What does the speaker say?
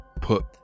put